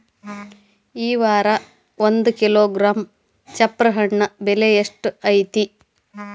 ಈ ವಾರ ಒಂದು ಕಿಲೋಗ್ರಾಂ ಚಪ್ರ ಹಣ್ಣ ಬೆಲೆ ಎಷ್ಟು ಐತಿ?